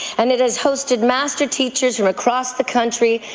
and it has hosted master teachers from across the country,